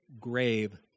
grave